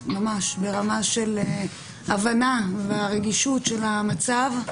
ברמה של הבנה ורגישות של המצב.